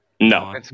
No